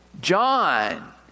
John